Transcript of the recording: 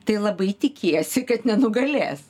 tai labai tikiesi kad nenugalės